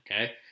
okay